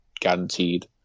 guaranteed